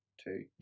two